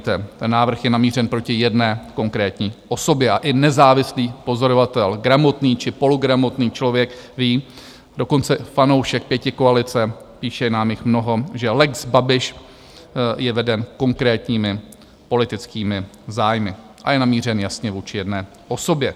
Ten návrh je namířen proti jedné konkrétní osobě a i nezávislý pozorovatel, gramotný či pologramotný člověk ví, dokonce i fanoušek pětikoalice, píše nám jich mnoho, že lex Babiš je veden konkrétními politickými zájmy a je namířen jasně vůči jedné osobě.